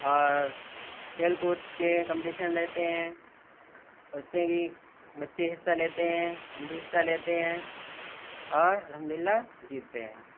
اور کھیل کود کے کمپٹیشن رہتے ہیں اس سے بھی بچے حصہ لیتے ہیں ہم بھی حصہ لیتے ہیں اور الحمد للہ جیتتے ہیں